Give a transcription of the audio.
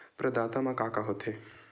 प्रदाता मा का का हो थे?